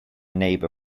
neighbor